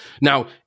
Now